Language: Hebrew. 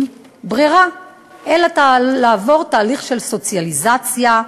ברירה אלא לעבור תהליך של סוציאליזציה,